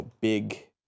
big